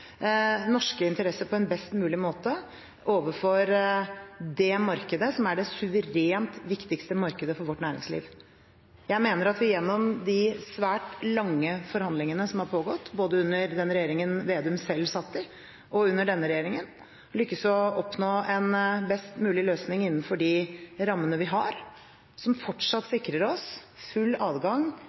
norske interesser på en best mulig måte overfor det markedet som er det suverent viktigste markedet for vårt næringsliv. Jeg mener at vi gjennom de svært lange forhandlingene som har pågått, både under den regjeringen Vedum selv satt i, og under denne regjeringen, lykkes i å oppnå en best mulig løsning innenfor de rammene vi har, som fortsatt sikrer oss full adgang